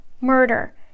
murder